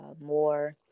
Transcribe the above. more